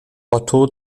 otto